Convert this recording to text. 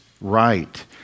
right